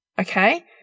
okay